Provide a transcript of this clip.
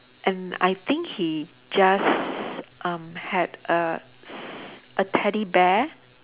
and I think he just um had a s~ a teddy bear